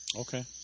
Okay